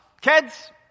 kids